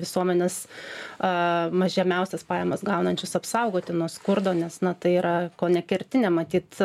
visuomenės ma žemiausias pajamas gaunančius apsaugoti nuo skurdo nes na tai yra kone kertinė matyt